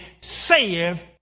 save